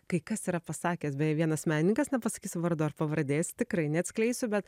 kai kas yra pasakęs beje vienas menininkas nepasakysiu vardo pavardės tikrai neatskleisiu bet